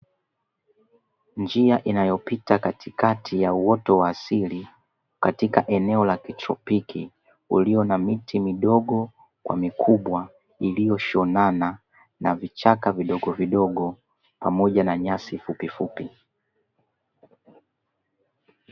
Njia inayopita katikati ya uoto wa asili katika eneo la kitropiki ulio na miti midogo kwa mikubwa, iliyoshonana na vichaka vidogo vidogo pamoja na nyasi fupifupi.